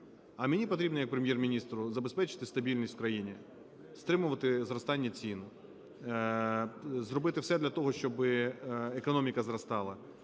А мені потрібно як Прем’єр-міністру забезпечити стабільність у країні, стримувати зростання цін, зробити все для того, щоби економіка зростала,